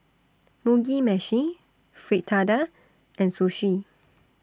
Mugi Meshi Fritada and Sushi